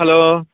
hello